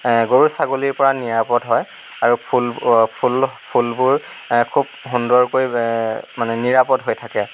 গৰু ছাগলীৰ পৰা নিৰাপদ হয় আৰু ফুল ফুলবোৰ খুব সুন্দৰকৈ মানে নিৰাপদ হৈ থাকে